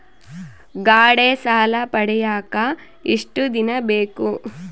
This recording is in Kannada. ಗಾಡೇ ಸಾಲ ಪಡಿಯಾಕ ಎಷ್ಟು ದಿನ ಬೇಕು?